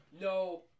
no